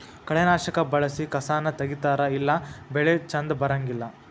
ಕಳೆನಾಶಕಾ ಬಳಸಿ ಕಸಾನ ತಗಿತಾರ ಇಲ್ಲಾ ಬೆಳಿ ಚಂದ ಬರಂಗಿಲ್ಲಾ